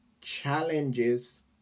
Challenges